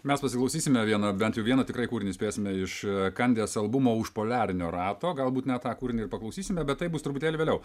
mes pasiklausysime vieną bent jau vieną tikrai kūrinį spėsime iš kandies albumo už poliarinio rato galbūt net tą kūrinį ir paklausysime bet tai bus truputėlį vėliau